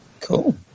Cool